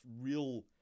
real